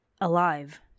alive